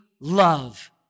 love